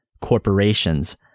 corporations